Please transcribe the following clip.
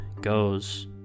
goes